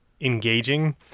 engaging